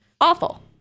awful